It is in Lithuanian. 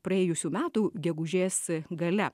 praėjusių metų gegužės gale